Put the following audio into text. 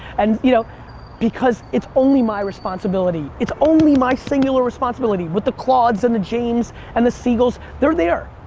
and you know because it's only my responsibility. responsibility. it's only my singular responsibility with the claudes and the james and the segels, they're there,